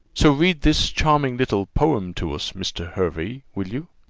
so read this charming little poem to us, mr. hervey, will you?